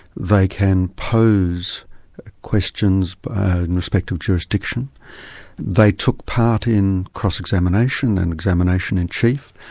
they can pose questions in respect of jurisdiction they took part in cross-examination and examination-in-chief.